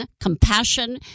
compassion